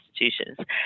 institutions